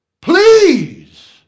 please